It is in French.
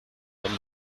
même